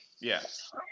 yes